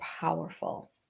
powerful